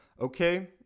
Okay